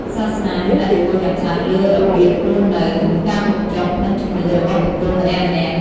សាសនាមានឥទ្ធិពលយ៉ាងខ្លាំងលើរបៀបរស់នៅ ការហូបចុក និងជំនឿរបស់បុគ្គលម្នាក់ៗ។